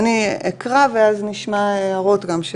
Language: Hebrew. אני אקרא ואז נשמע הערות.